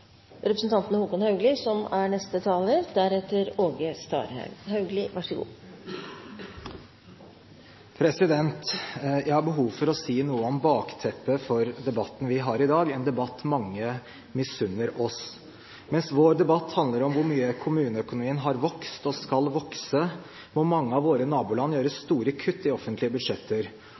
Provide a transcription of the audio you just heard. å si noe om bakteppet for debatten vi har i dag – en debatt mange misunner oss. Mens vår debatt handler om hvor mye kommuneøkonomien har vokst og skal vokse, må mange av våre naboland gjøre store kutt i offentlige budsjetter.